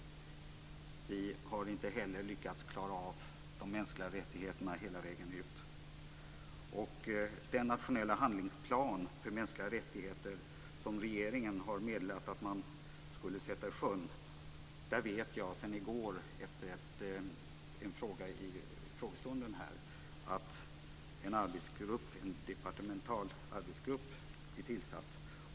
Vi har inte heller lyckats klara av de mänskliga rättigheterna hela vägen ut. Efter en fråga under frågestunden i går vet jag att en departemental arbetsgrupp har tillsatts rörande den nationella handlingsplan för mänskliga rättigheter som regeringen har meddelat att man ska sätta i sjön.